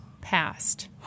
passed